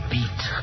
Beat